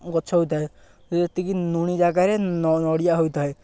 ଗଛ ହୋଇଥାଏ ଯେତିକି ଲୁଣି ଜାଗାରେ ନଡ଼ିଆ ହୋଇଥାଏ